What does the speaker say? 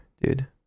dude